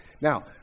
Now